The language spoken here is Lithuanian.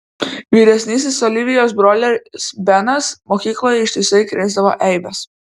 vyresnysis olivijos brolis benas mokykloje ištisai krėsdavo eibes